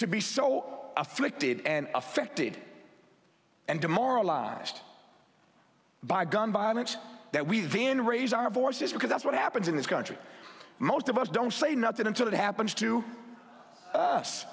to be so afflicted and affected and demoralized by gun violence that we've been raise our voices because that's what happens in this country most of us don't say nothing until it happens to us